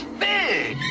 big